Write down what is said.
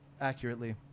accurately